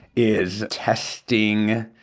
is testing,